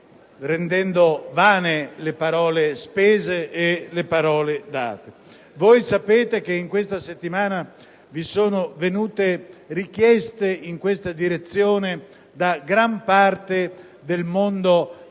rendendo vane le parole spese e le parole date. In questa settimana vi sono pervenute richieste in questa direzione da gran parte del mondo